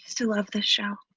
to love this show.